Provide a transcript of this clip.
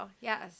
yes